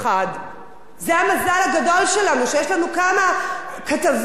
זה המזל הגדול שלנו, שיש לנו כמה כתבים אמיצים,